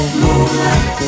moonlight